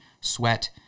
sweat